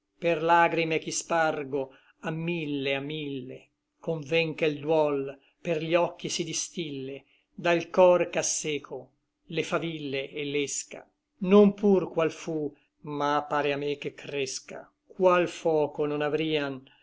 per lagrime ch'i spargo a mille a mille conven che l duol per gli occhi si distille dal cor ch'à seco le faville et l'ésca non pur qual fu ma pare a me che cresca qual foco non avrian